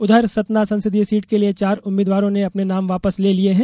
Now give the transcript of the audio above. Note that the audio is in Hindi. उधर सतना संसदीय सीट के लिए चार उम्मीदवारों ने अपने नाम वापस ले लिये हैं